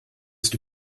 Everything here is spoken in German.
ist